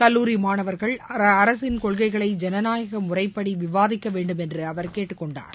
கல்லூரி மாணவர்கள் அரசின் கொள்கைகளை ஜனநாயக முறைப்படி விவாதிக்க வேண்டும் என்று அவர் கேட்டுக் கொண்டார்